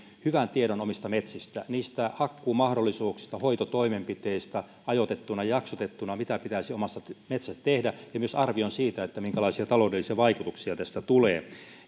hyvän tiedon omista metsistä niistä hakkuumahdollisuuksista hoitotoimenpiteistä ajoitettuina ja jaksotettuina mitä pitäisi omassa metsässä tehdä ja myös arvion siitä minkälaisia taloudellisia vaikutuksia tästä tulee